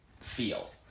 feel